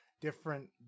different